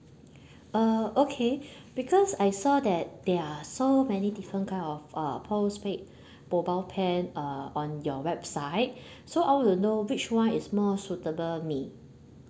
uh okay because I saw that there are so many different kind of uh postpaid mobile plan uh on your website so I want to know which [one] is more suitable me